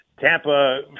Tampa